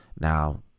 now